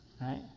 right